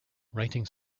writing